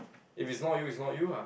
if it's not you it's not you ah